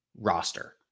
roster